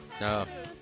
No